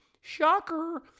Shocker